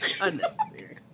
Unnecessary